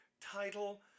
title